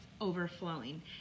overflowing